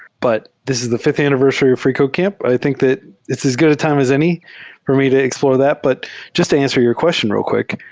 but this is the fifth anniversary of freecodecamp. i think that it's as good a time as any for me to explore that. but jus t to answer your question real quick.